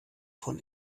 von